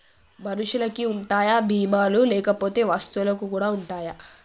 మనుషులకి ఉంటాయా బీమా లు లేకపోతే వస్తువులకు కూడా ఉంటయా?